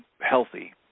healthy